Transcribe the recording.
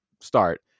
start